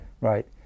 right